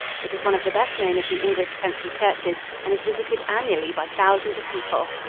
it is one of the best known of the english country churches and is visited annually by thousands of people.